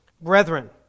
Brethren